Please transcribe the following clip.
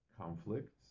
conflicts